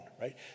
right